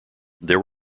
there